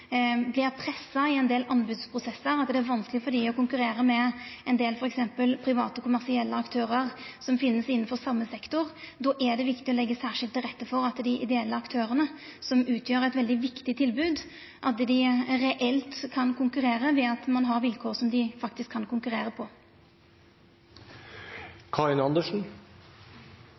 dei vert pressa i ein del anbodsprosessar, at det er vanskeleg for dei å konkurrera med ein del f.eks. private og kommersielle aktørar som finst innanfor same sektor. Då er det viktig å leggja særskilt til rette for at dei ideelle aktørane, som utgjer eit veldig viktig tilbod, reelt kan konkurrera ved at ein har vilkår som dei faktisk kan konkurrera på.